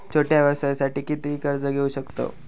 छोट्या व्यवसायासाठी किती कर्ज घेऊ शकतव?